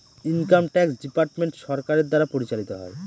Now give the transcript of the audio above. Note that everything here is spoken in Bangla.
ইনকাম ট্যাক্স ডিপার্টমেন্ট সরকারের দ্বারা পরিচালিত হয়